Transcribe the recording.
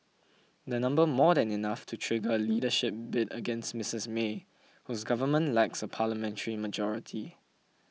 they number more than enough to trigger a leadership bid against Mrs May whose government lacks a parliamentary majority